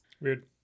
Weird